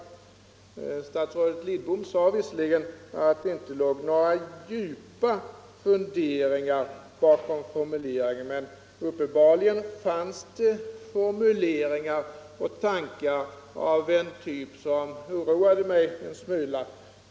= rätt för anställda i Statsrådet Lidbom sade visserligen att det inte låg några djupa funderingar — aktiebolag bakom formuleringen, men uppenbarligen fanns det tankar av en typ som oroar mig en smula.